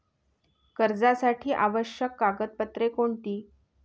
कर्जासाठी आवश्यक कागदपत्रे कोणती?